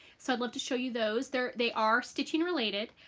so i'd love to show you those there they are stitching related.